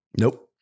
Nope